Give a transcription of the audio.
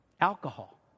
Alcohol